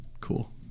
cool